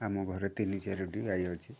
ଆମ ଘରେ ତିନି ଚାରୋଟି ଗାଈ ଅଛି